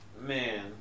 Man